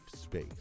space